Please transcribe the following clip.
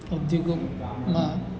ઉદ્યોગોમાં